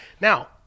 Now